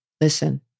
Listen